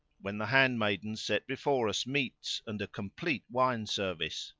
when the handmaidens set before us meats and a complete wine service,